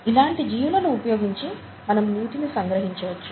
ఇలాంటి జీవులని ఉపయోగించి మనం నీటిని సంగ్రహించవచ్చు